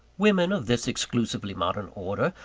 women of this exclusively modern order,